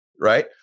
right